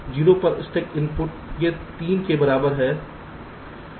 0 पर stuck input ये 3 बराबर हैं